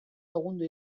segundo